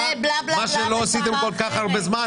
מה שלא עשיתם כל כך הרבה זמן,